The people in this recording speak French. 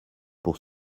pour